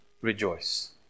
rejoice